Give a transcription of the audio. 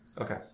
Okay